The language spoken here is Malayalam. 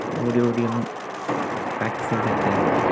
ഓടി ഓടിയൊന്ന് പ്രാക്ടീസ് ചെയ്ത് സെറ്റായാൽ മതി